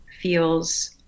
feels